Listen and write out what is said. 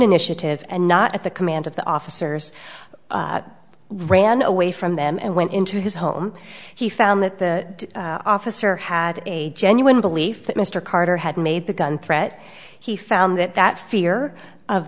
initiative and not at the command of the officers ran away from them and went into his home he found that the officer had a genuine belief that mr carter had made the gun threat he found that that fear of